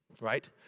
right